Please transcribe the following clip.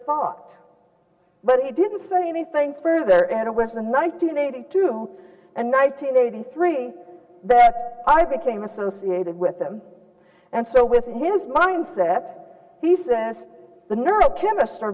thought but he didn't say anything further and it was the nineteen eighty two and nineteen eighty three that i became associated with him and so with his mindset he says the neurochemistry